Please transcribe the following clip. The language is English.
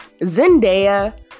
Zendaya